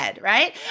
right